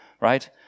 right